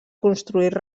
construir